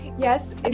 Yes